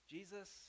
Jesus